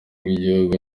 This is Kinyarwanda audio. bw’igihugu